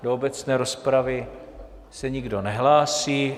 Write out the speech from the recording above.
Do obecné rozpravy se nikdo nehlásí.